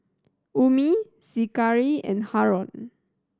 Ummi Zikri and Haron